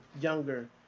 younger